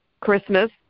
Christmas